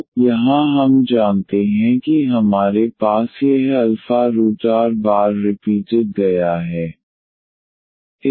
तो यहाँ हम जानते हैं कि हमारे पास यह अल्फा रूट r बार रिपीटेड गया है